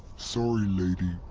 sorry, lady,